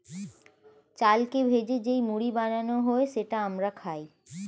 চালকে ভেজে যেই মুড়ি বানানো হয় সেটা আমরা খাই